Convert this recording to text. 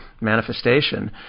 manifestation